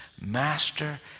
Master